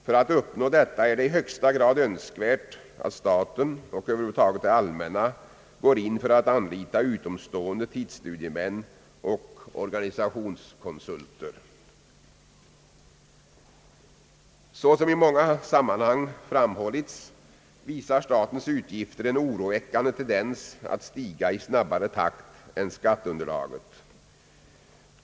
För att uppnå detta är det i högsta grad önskvärt att staten och över huvud taget det allmänna går in för att anlita utomstående tidsstudiemän och organisationskonsulter. Såsom i många sammanhang har framhållits visar statens utgifter en oroväckande tendens att stiga i snabbare takt än skatteunderlaget.